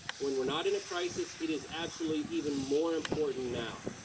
when we're not in a crisis, it is absolutely even more important now.